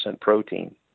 protein